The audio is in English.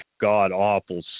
god-awful